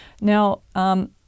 Now